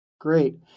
Great